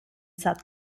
south